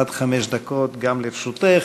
עד חמש דקות גם לרשותך.